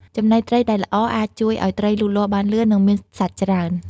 ចំណីត្រីដែលល្អអាចជួយឲ្យត្រីលូតលាស់បានលឿន និងមានសាច់ច្រើន។